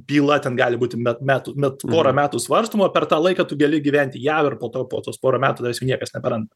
byla ten gali būti met metų met porą metų svarstoma per tą laiką tu gali gyventi jav ir po to po tos pora metų tavęs jau niekas neberanda